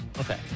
Okay